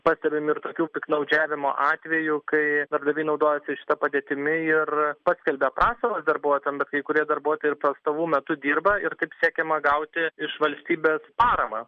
pastebim ir tokių piktnaudžiavimo atvejų kai darbdaviai naudojasi šita padėtimi ir paskelbia prastovas darbuotojam bet kai kurie darbuotojai ir prastovų metu dirba ir taip siekiama gauti iš valstybės paramą